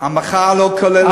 המחאה לא כוללת אותך.